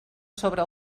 sobre